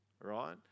right